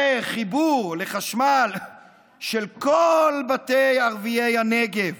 שחיבור לחשמל של כל בתי ערביי הנגב